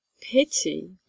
pity